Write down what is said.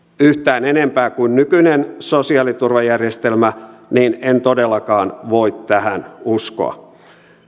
yhtään enempää kuin nykyinen sosiaaliturvajärjestelmä niin en todellakaan voi tähän uskoa